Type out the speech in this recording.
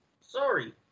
Sorry